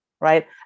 right